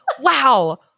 Wow